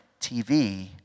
TV